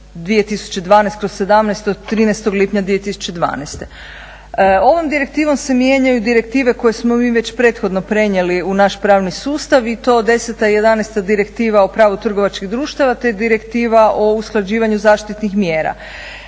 2012/17 od 13.lipnja 2012. Ovom direktivom se mijenjaju direktive koje smo mi već prethodno prenijeli u naš pravni sustav i to 10., 11. Direktiva o pravu trgovačkih društava te Direktiva o usklađivanju zaštitnih mjera.